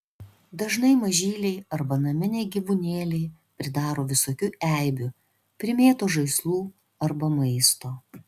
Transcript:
dažnai mažyliai arba naminiai gyvūnėliai pridaro visokių eibių primėto žaislų arba maisto